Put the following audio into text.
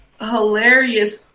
hilarious